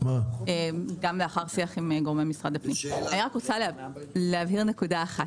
אני רק רוצה להבהיר נקודה אחת,